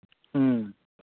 ᱦᱮᱸ